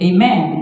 Amen